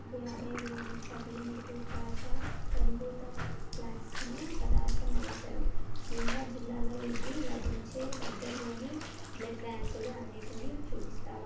నాకు యాభై ఏడు యూనిట్ల బి నెగటివ్ తాజా పెనుభూత ప్లాస్మా పదార్థం అవసరం శిమ్లా జిల్లాలో ఇది లభించే దగ్గరలోని బ్లడ్ బ్యాంకులు అన్నిటినీ చూపిస్తావా